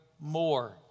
more